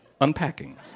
unpacking